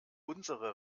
unsere